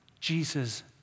Jesus